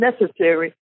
necessary